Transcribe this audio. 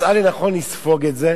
מצאה לנכון לספוג את זה,